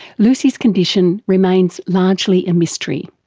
lucy's condition remains largely a mystery,